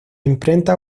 imprenta